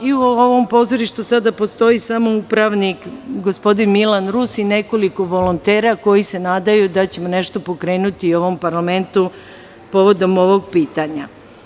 Sada u ovom pozorištu postoji samo upravnik, gospodin Milan Rus i nekoliko volontera koji se nadaju da ćemo nešto pokrenuti u ovom parlamentu povodom ovog pitanja.